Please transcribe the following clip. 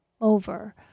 over